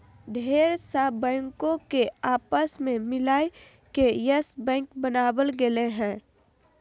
ढेर सा बैंको के आपस मे मिलाय के यस बैक बनावल गेलय हें